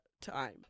time